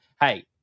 hey